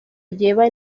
lleva